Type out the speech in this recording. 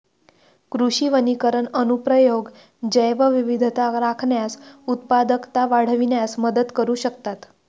कृषी वनीकरण अनुप्रयोग जैवविविधता राखण्यास, उत्पादकता वाढविण्यात मदत करू शकतात